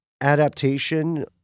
adaptation